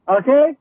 okay